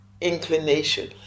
inclination